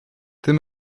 tym